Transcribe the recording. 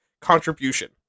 contribution